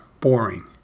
boring